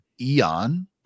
Eon